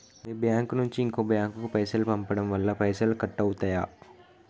మీ bank నుంచి ఇంకో bank కు పైసలు పంపడం వల్ల పైసలు కట్ అవుతయా?